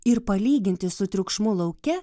ir palyginti su triukšmu lauke